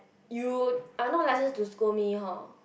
you are not licensed to scold me hor